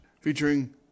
featuring